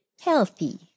healthy